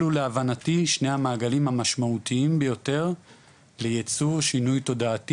אלו שני המעגלים המשמעותיים ביותר ליצור שינוי תודעתי